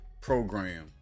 program